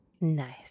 nice